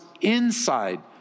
inside